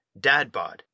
DadBod